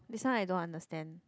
this one I don't understand